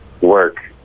work